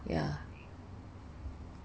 ya